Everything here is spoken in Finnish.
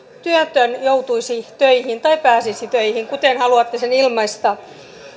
työtön joutuisi töihin tai pääsisi töihin kuten haluatte sen ilmaista